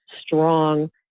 strong